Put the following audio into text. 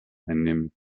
einnehmen